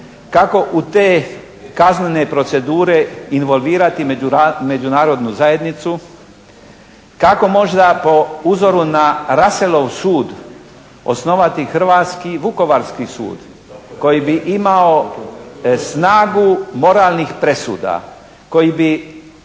kako u te kaznene procedure involvirati međunarodnu zajednicu, kako možda po uzoru na Russelov sud osnovati hrvatski i vukovarski sud koji bi imao snagu moralnih presuda, koji bi